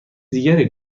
دیگری